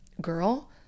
girl